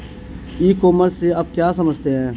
ई commerce से आप क्या समझते हैं?